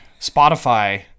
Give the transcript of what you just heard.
Spotify